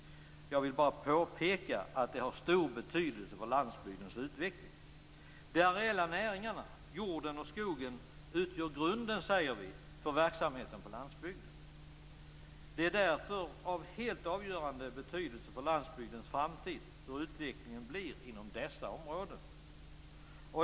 Jag vill bara påpeka att detta har stor betydelse för landsbygdens utveckling. De areella näringarna - jorden och skogen - utgör grunden för verksamheten på landsbygden. Det är därför av helt avgörande betydelse för landsbygdens framtid hur utvecklingen blir inom dessa områden.